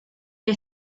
que